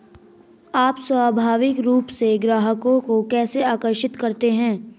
आप स्वाभाविक रूप से ग्राहकों को कैसे आकर्षित करते हैं?